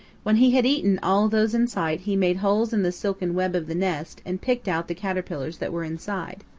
when he had eaten all those in sight he made holes in the silken web of the nest and picked out the caterpillars that were inside.